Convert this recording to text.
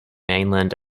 mainland